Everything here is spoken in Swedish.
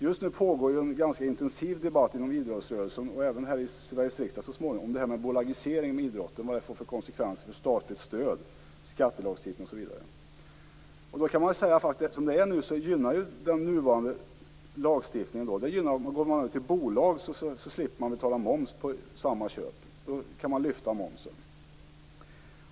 Just nu pågår en ganska intensiv debatt inom idrottsrörelsen, och kommer även här i Sveriges riksdag så småningom, om vad bolagisering av idrotten får för konsekvenser för statligt stöd, skattelagstiftning osv. Man kan säga att den nuvarande lagstiftningen gynnar den förening som går över till bolag. Då slipper man betala moms på samma köp, man kan lyfta momsen.